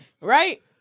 right